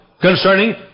concerning